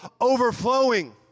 overflowing